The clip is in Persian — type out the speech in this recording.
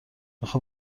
آخه